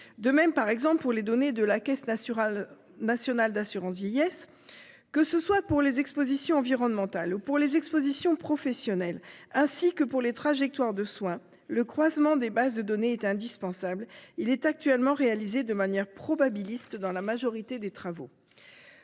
de même, par exemple, pour les données de la Caisse nationale d'assurance vieillesse (Cnav). Que ce soit pour les expositions environnementales, les expositions professionnelles ou les trajectoires de soins, le croisement des bases de données est indispensable. Or il est actuellement réalisé de manière probabiliste dans la majorité des travaux.